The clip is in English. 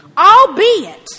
Albeit